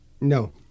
no